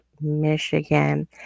Michigan